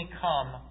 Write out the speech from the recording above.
come